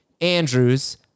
Andrews